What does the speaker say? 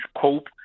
cope